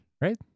right